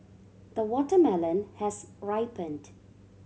the watermelon has ripened